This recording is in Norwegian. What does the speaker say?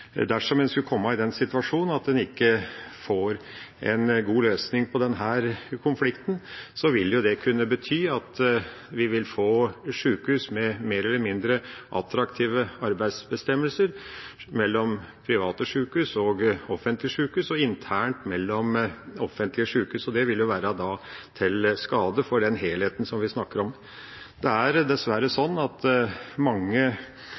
Dersom en skulle komme i den situasjonen at en ikke får en god løsning på konflikten, vil det kunne bety at vi vil få sykehus med mer eller mindre attraktive arbeidstidsbestemmelser – mellom private sykehus og offentlige sykehus og internt mellom offentlige sykehus – og det vil være til skade for den helheten som vi snakker om. Det er dessverre sånn at mange